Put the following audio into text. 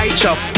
chop